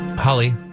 Holly